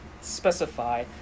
specify